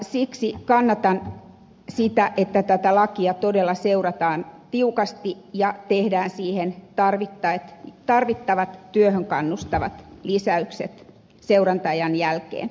siksi kannatan sitä että tätä lakia todella seurataan tiukasti ja tehdään siihen tarvittavat työhön kannustavat lisäykset seuranta ajan jälkeen